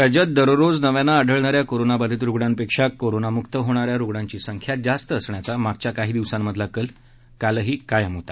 राज्यात दररोज नव्यानं आढळणाऱ्या कोरोनाबाधित रुग्णांपेक्षा कोरोनामुक्त होणाऱ्या रुग्णांची संख्या जास्त असण्याचा मागच्या काही दिवसांमधला कल कालही कायम होता